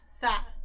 fat